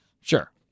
sure